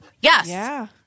Yes